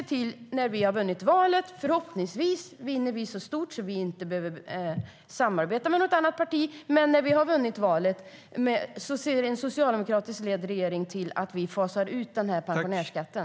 När vi har vunnit valet - förhoppningsvis vinner vi så stort att vi inte behöver samarbeta med något annat parti - ser en socialdemokratiskt ledd regering till att vi fasar ut pensionärsskatten.